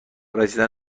رسیدن